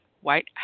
White